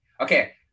Okay